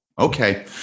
Okay